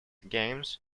games